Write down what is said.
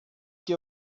que